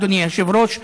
אדוני היושב-ראש,